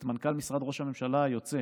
את מנכ"ל משרד הממשלה היוצא